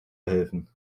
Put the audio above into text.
helfen